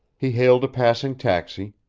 he hailed a passing taxi,